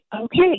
okay